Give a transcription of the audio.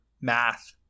math